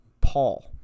Paul